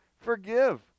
forgive